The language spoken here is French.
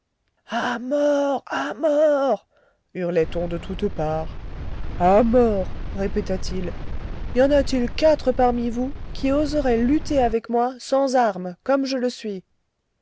mort hurlait on de toutes parts a mort répéta-t-il y en a-t-il quatre parmi vous qui oseraient lutter avec moi sans armes comme je le suis